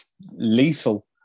lethal